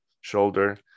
shoulder